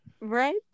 Right